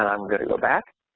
i'm gonna go back.